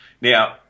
now